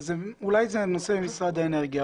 ואולי זה נושא של משרד האנרגיה.